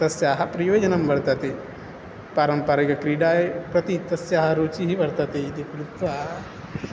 तस्याः प्रयोजनं वर्तते पारम्पारिकक्रीडा प्रति तस्याः रुचिः वर्तते इति कृत्वा